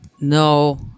No